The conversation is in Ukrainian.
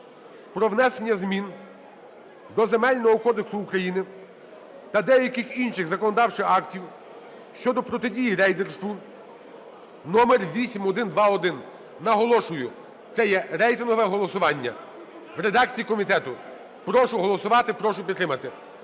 про внесення змін до Земельного кодексу України та деяких інших законодавчих актів щодо протидії рейдерству (№ 8121). Наголошую, це є рейтингове голосування в редакції комітету. Прошу голосувати, прошу підтримати